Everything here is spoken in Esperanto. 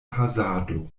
hazardo